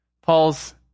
Paul's